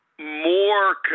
more